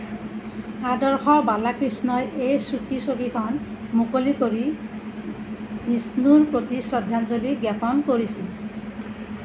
আদৰ্শ বালাকৃষ্ণই এই চুটি ছবিখন মুকলি কৰি জিষ্ণুৰ প্ৰতি শ্ৰদ্ধাঞ্জলি জ্ঞাপন কৰিছিল